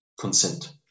consent